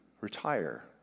retire